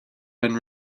been